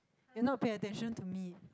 you're not paying attention to me